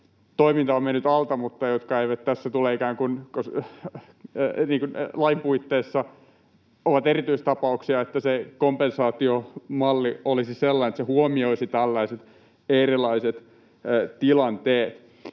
toiminta on mennyt alta mutta jotka eivät tässä tule lain puitteissa... Ne ovat erityistapauksia. Sen kompensaatiomallin tulisi olla sellainen, että se huomioisi tällaiset erilaiset tilanteet.